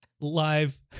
live